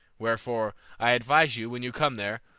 wherefore, i advise you, when you come there,